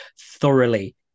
thoroughly